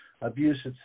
abuse